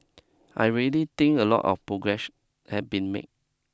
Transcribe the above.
I really think a lot of progress has been make